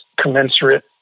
commensurate